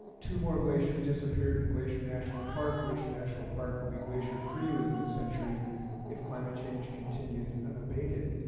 two more glaciers disappeared in glacier national park. glacier national park will be glacier free within a century if climate change continues unabated.